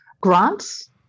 Grants